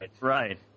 right